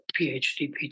phd